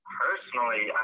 personally